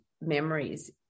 memories